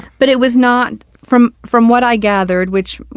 but it was not from, from what i gathered, which,